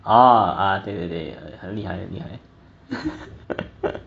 orh ah 对对对很厉害很厉害